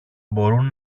μπορούν